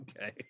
okay